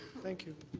thank you.